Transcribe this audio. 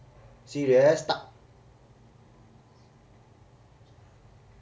serious stuck